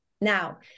Now